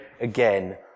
again